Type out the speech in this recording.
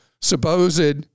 supposed